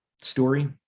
story